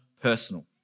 personal